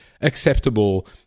acceptable